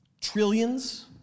trillions